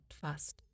fast